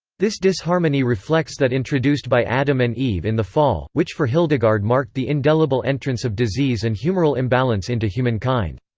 this disharmony reflects that introduced by adam and eve in the fall, which for hildegard marked the indelible entrance of disease and humoral imbalance into humankind.